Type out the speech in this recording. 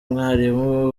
mwarimu